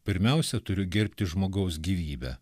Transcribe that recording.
pirmiausia turiu gerbti žmogaus gyvybę